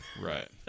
Right